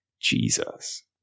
Jesus